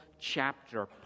chapter